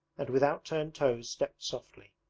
and with out-turned toes stepped softly,